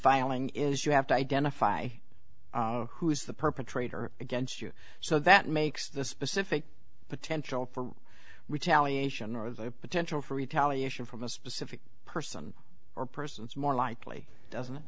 filing is you have to identify who is the perpetrator against you so that makes the specific potential for retaliation or the potential for retaliation from a specific person or persons more likely doesn't it